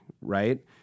Right